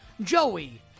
Joey